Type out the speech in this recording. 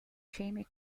jamie